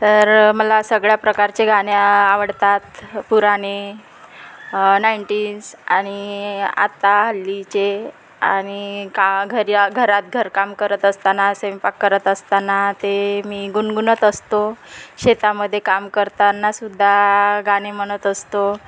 तर मला सगळ्या प्रकारचे गाणे आवडतात पुराने नाईंटीज आणि आता हल्लीचे आणि का घरी घरात घरकाम करत असताना स्वयंपाक करत असताना ते मी गुणगुणत असतो शेतामध्ये काम करतानासुद्धा गाणे म्हणत असतो